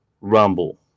Rumble